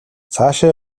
цаашаа